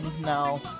no